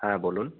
হ্যাঁ বলুন